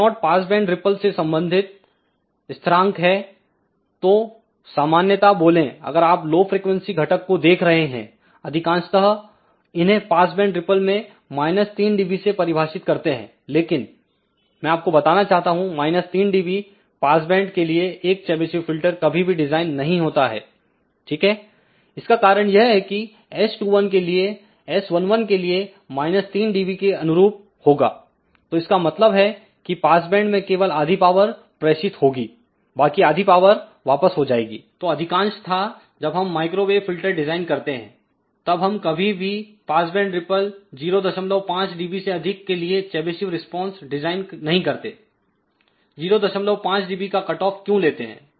F0 pass band ripple सेसंबंधित स्थिरांक है तो सामान्यता बोले अगर आप लो फ्रिकवेंसी घटक को देख रहे हैं अधिकांशत इन्हें पास बैंड रिपल में माईनस 3 dB से परिभाषित करते हैं लेकिन मैं आपको बताना चाहता हूं माईनस 3 dB पासबैंड के लिए एक चेबीशेव फिल्टर कभी भी डिजाइन नहीं होता है ठीक है इसका कारण यह है कि S21 के लिए S11 के लिए माईनस 3 dB के अनुरूप होगा तो इसका मतलब है कि पासबैंड में केवल आधी पावर प्रेषित होगी बाकी आधी पावर वापस हो जाएगी तो अधिकांश था जब हम माइक्रोवेव फिल्टर डिजाइन करते हैंतब हम कभी भी पासबैंड रिपल 05 dB से अधिक के लिए चेबीशेव रिस्पांस डिजाइन नहीं करते 05 dBकाकटऑफ क्यों लेते हैं